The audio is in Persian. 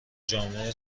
جامعه